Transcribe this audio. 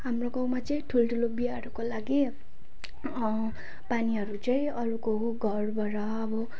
हाम्रो गाउँमा चाहिँ ठुल्ठुलो बिहाहरूको लागि पानीहरू चाहिँ अरूको घरबाट अब